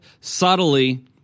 subtly